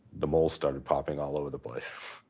the mole started popping all over the place.